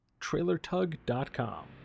trailertug.com